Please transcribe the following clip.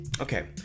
Okay